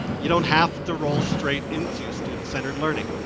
you don't have to roll straight into student centered learning.